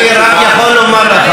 אני יכול לומר לך